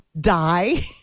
die